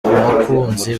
abakunzi